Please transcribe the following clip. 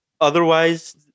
otherwise